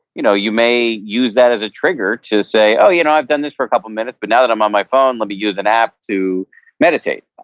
you know, you may use that as a trigger to say, oh, you know, i've done this for a couple minutes, but now that i'm on my phone, let me use an app to meditate.